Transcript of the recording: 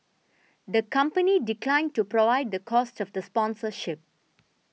the company declined to provide the cost of the sponsorship